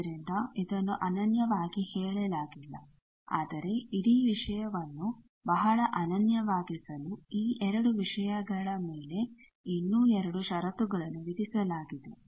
ಆದ್ದರಿಂದ ಇದನ್ನು ಅನನ್ಯವಾಗಿ ಹೇಳಲಾಗಿಲ್ಲ ಆದರೆ ಇಡೀ ವಿಷಯವನ್ನು ಬಹಳ ಅನನ್ಯವಾಗಿಸಲು ಈ 2 ವಿಷಯಗಳ ಮೇಲೆ ಇನ್ನೂ 2 ಷರತ್ತುಗಳನ್ನುವಿಧಿಸಲಾಗಿದೆ